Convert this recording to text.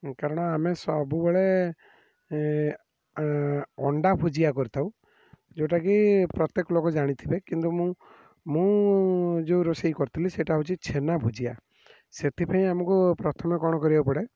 କାରଣ ଆମେ ସବୁବେଳେ ଅଣ୍ଡା ଭୂଜିଆ କରିଥାଉ ଯେଉଁଟାକି ପ୍ରତ୍ୟେକ ଲୋକ ଜାଣିଥିବେ ଏଥିପାଇଁ କିନ୍ତୁ ମୁଁ ମୁଁ ଯେଉଁ ରୋଷେଇ କରିଥିଲି ସେଇଟା ହେଉଛି ଛେନା ଭୂଜିଆ ସେଥିପାଇଁ ଆମକୁ ପ୍ରଥମେ କ'ଣ କରିବାକୁ ପଡ଼େ